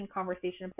conversation